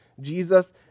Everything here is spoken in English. jesus